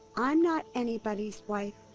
i'm not anybody's wife.